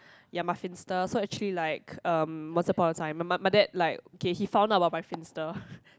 ya my Finsta so actually like um once upon a time my my dad like okay he found out about my Finsta